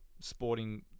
sporting